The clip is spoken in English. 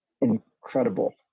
incredible